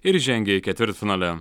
ir žengė į ketvirtfinalį